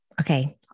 Okay